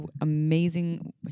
amazing